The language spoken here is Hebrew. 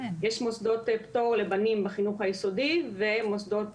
יש מוסדות פטור לבנים בחינוך היסודי ומוסדות